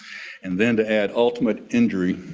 and then to add ultimate injury,